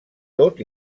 tot